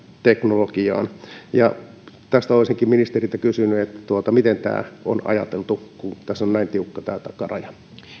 teknologiaan tästä olisinkin ministeriltä kysynyt miten tämä on ajateltu kun tässä on näin tiukka takaraja